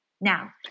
Now